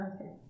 Okay